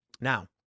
Now